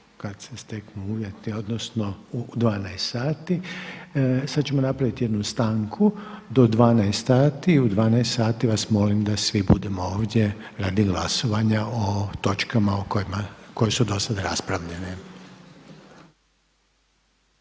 kada se steknu uvjeti, odnosno u 12h. Sada ćemo napravit jednu stanku do 12h i u 12h vas molim da svi budemo ovdje radi glasovanja o točkama koje su do sada raspravljene.